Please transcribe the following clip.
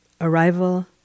arrival